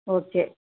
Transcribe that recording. okay